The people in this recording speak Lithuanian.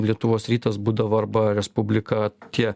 lietuvos rytas būdavo arba respublika tie